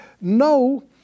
No